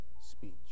speech